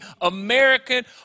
American